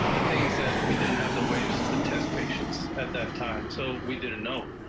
the thing is that we didn't have the ways to test patients at that time. so we didn't know.